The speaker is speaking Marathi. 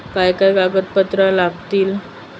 काय काय कागदपत्रा लागतील?